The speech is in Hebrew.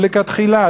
או לכתחילה?